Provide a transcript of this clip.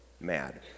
mad